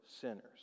sinners